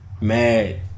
Mad